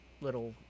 little